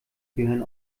gehören